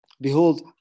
Behold